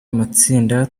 amatsinda